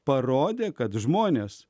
parodė kad žmonės